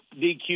DQ